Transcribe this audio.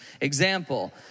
example